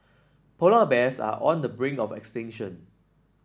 polar bears are on the brink of extinction